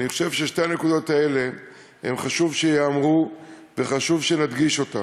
אני חושב ששתי הנקודות האלה חשוב שייאמרו וחשוב שנדגיש אותן: